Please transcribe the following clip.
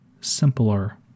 simpler